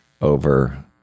over